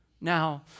Now